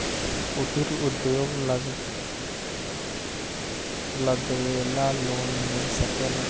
कुटिर उद्योग लगवेला लोन मिल सकेला?